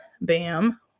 bam